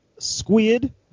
Squid